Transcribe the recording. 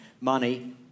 money